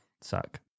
suck